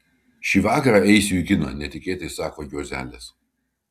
šį vakarą eisiu į kiną netikėtai sako juozelis